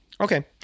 Okay